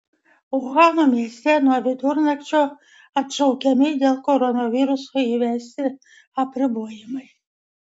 uhano mieste nuo vidurnakčio atšaukiami dėl koronaviruso įvesti apribojimai